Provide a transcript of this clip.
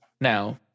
Now